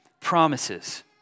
promises